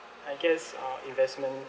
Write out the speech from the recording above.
I guess uh investment